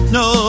no